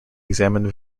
examined